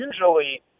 usually